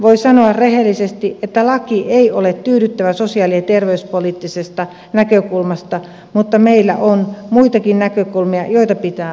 voi sanoa rehellisesti että laki ei ole tyydyttävä sosiaali ja terveyspoliittisesta näkökulmasta mutta meillä on muitakin näkökulmia joita pitää ottaa huomioon